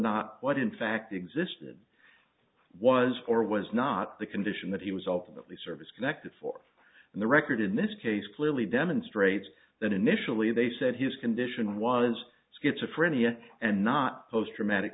not what in fact existed was or was not the condition that he was ultimately service connected for and the record in this case clearly demonstrates that initially they said his condition was schizophrenia and not post traumatic